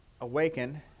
awaken